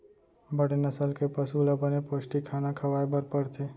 बड़े नसल के पसु ल बने पोस्टिक खाना खवाए बर परथे